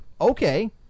okay